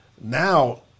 now